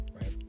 right